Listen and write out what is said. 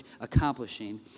accomplishing